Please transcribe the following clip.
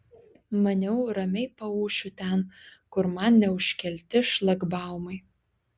maniau ramiai paūšiu ten kur man neužkelti šlagbaumai